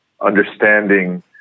understanding